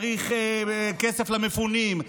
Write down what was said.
צריך כסף למפונים,